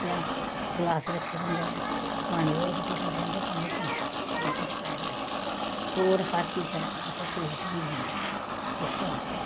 अस गलास रक्खे दे होदे न कि पानी होर रुट्टी खंदे खंदे पानी पी सके जे जग पाए दा होऐ ते होर हर चीज मतलब रसोई बिच्च होंदियां न इस बास्तै